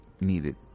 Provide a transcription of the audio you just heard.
needed